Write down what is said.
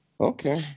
Okay